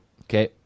Okay